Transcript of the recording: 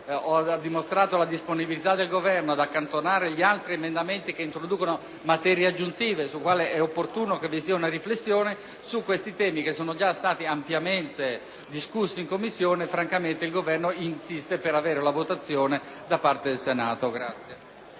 ho dimostrato la disponibilità del Governo ad accantonare gli altri emendamenti che introducono materie aggiuntive e sulle quali è opportuna una riflessione, su questi temi, che sono stati già ampiamente discussi dalle Commissioni riunite, francamente il Governo insiste per avere la votazione da parte del Senato.